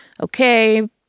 okay